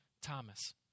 Thomas